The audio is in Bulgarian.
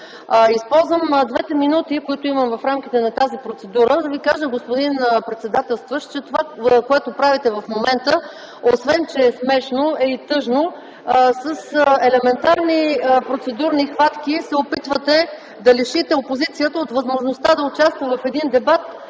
Използвам двете минути, които имам в рамките на тази процедура, за да Ви кажа, господин председател, че това, което правите в момента, освен че е смешно, е и тъжно – с елементарни процедурни хватки се опитвате да лишите опозицията от възможността да участва в един дебат,